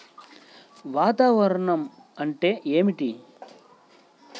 వాతావరణం అంటే ఏమిటి?